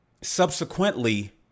Subsequently